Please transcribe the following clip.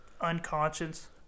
unconscious